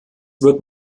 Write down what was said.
wird